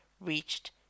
reached